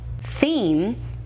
theme